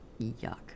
Yuck